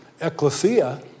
ecclesia